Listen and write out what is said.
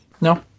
No